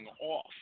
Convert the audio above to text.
off